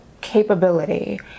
capability